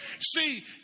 See